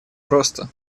просто